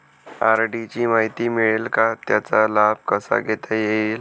RD ची माहिती मिळेल का, त्याचा लाभ कसा घेता येईल?